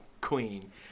Queen